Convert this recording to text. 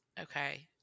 Okay